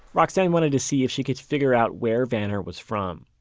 roxane wanted to see if she could figure out where vanner was from.